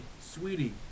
sweetie